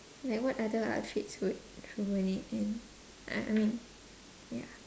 like what other outfits would ruin it and uh I mean yeah